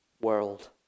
world